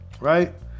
Right